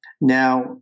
Now